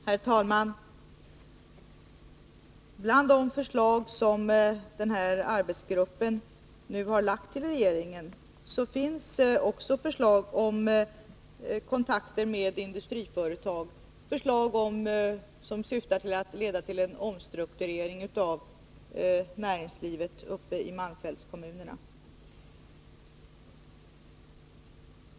Herr talman! Bland de förslag som den här arbetsgruppen nu har förelagt regeringen finns också förslag om kontakter med industriföretag, förslag som syftar till en omstrukturering av näringslivet i malmfältskommunerna.